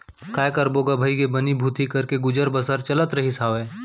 काय करबो गा भइगे बनी भूथी करके गुजर बसर चलत रहिस हावय